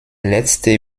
letzte